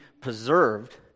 preserved